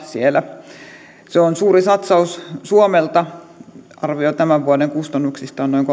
siellä se on suuri satsaus suomelta arvio tämän vuoden kustannuksista on noin